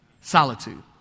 Solitude